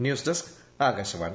news desk Akashvani